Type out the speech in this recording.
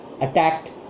attacked